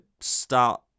start